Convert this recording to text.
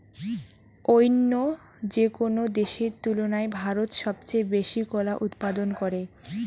অইন্য যেকোনো দেশের তুলনায় ভারত সবচেয়ে বেশি কলা উৎপাদন করে